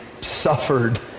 suffered